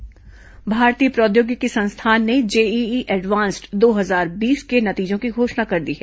JEE advance नतीजे भारतीय प्रौद्योगिकी संस्थान ने जेईई एडवांस्ड दो हजार बीस के नतीजों की घोषणा कर दी है